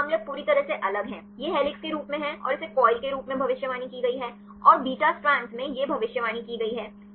कुछ मामले अब पूरी तरह से अलग हैं यह हेलिक्स के रूप में है और इसे कॉइल के रूप में भविष्यवाणी की गई है और बीटा स्टैंड में यह भविष्यवाणी की गई है